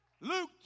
Luke